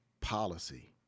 Policy